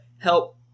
help